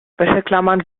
wäscheklammern